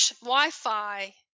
Wi-Fi